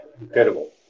incredible